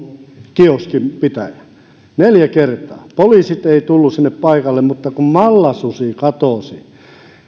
kioskinpitäjä neljä kertaa poliisit eivät tulleet sinne paikalle mutta kun malla susi katosi